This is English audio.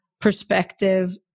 perspective